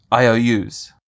IOUs